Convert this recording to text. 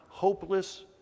hopeless